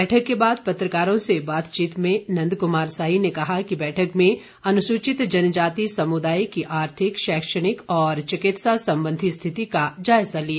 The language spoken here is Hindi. बैठक के बाद पत्रकारों से बातचीत में नंदकुमार साई ने कहा कि बैठक में अनुसूचित जनजाति समुदाय की आर्थिक शैक्षणिक और चिकित्सा संबंधी स्थिति का जायजा लिया